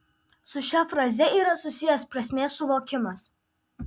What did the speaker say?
su šia faze yra susijęs prasmės suvokimas